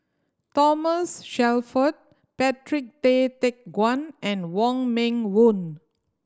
Thomas Shelford Patrick Tay Teck Guan and Wong Meng Voon